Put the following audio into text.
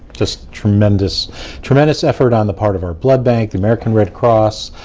just tremendous tremendous effort on the part of our blood bank, the american red cross,